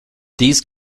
these